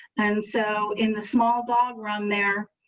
and so in the small dog run there.